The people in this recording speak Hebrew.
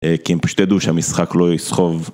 כי הם פשוט ידעו שהמשחק לא יסחוב